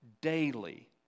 daily